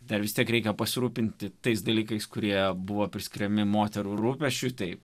dar vis tiek reikia pasirūpinti tais dalykais kurie buvo priskiriami moterų rūpesčių taip